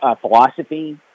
philosophy